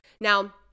Now